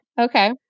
Okay